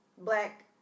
black